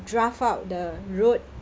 draft out the road